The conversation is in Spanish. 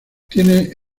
tiene